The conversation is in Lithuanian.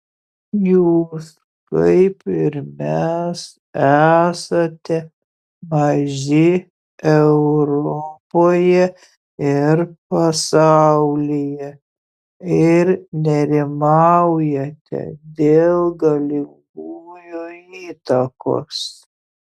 jūs kaip ir mes esate maži europoje ir pasaulyje ir nerimaujate dėl galingųjų įtakos